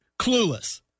Clueless